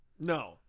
no